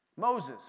Moses